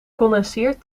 condenseert